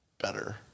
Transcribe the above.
better